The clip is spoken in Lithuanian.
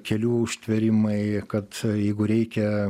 kelių užtvėrimai kad jeigu reikia